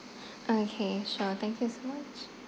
okay sure thank you so much